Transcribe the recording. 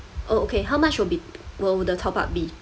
oh okay how much will be will the top up be